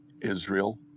Israel